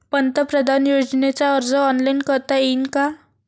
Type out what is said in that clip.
पंतप्रधान योजनेचा अर्ज ऑनलाईन करता येईन का?